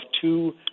two